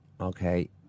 Okay